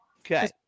Okay